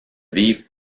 vivre